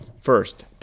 First